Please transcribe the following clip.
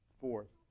Fourth